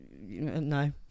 No